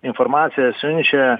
informaciją siunčia